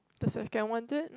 the second want it